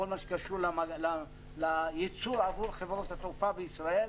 בכל מה שקשור לייצור עבור חברות התעופה בישראל,